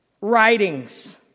writings